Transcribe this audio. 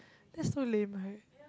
that's so lame right